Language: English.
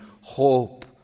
hope